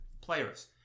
players